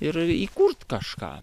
ir įkurt kažką